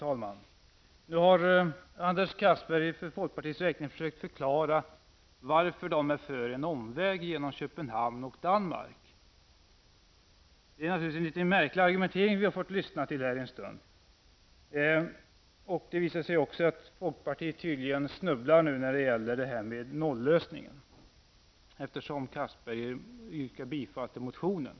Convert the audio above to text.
Fru talman! Anders Castberger har för folkpartiets räkning försökt förklara varför man är för en omväg genom Köpenhamn och Danmark. Det är naturligtvis en något märklig argumentering som vi här under en stund har kunnat lyssna till. Det visar sig att man i folkpartiet nu tydligen snubblar när det gäller detta med en nollösning. Anders Castberger yrkar ju bifall till den i det här sammanhanget väckta motionen.